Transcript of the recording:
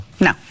No